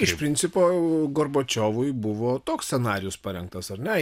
iš principo gorbačiovui buvo toks scenarijus parengtas ar ne